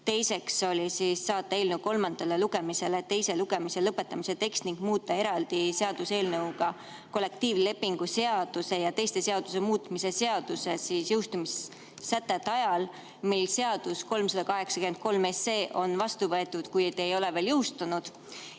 Teiseks, saata eelnõu kolmandale lugemisele teise lugemise lõpetamise tekst ning muuta eraldi seaduseelnõuga kollektiivlepingu seaduse ja teiste seaduste muutmise seaduse jõustumissätet ajal, mil 383 SE on [seadusena] vastu võetud, kuid ei ole veel jõustunud.